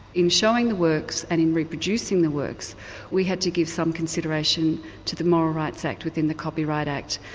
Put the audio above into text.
in showing the works and in reproducing the works we had to give some consideration to the moral rights act within the copyright act,